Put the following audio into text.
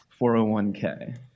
401k